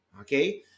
Okay